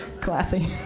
Classy